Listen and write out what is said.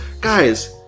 guys